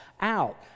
out